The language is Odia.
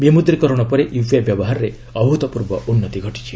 ବିମୁଦ୍ରୀକରଣ ପରେ ୟୁପିଆଇ ବ୍ୟବହାରରେ ଅଭୁତପୂର୍ବ ଉନ୍ନତି ଘଟିଛି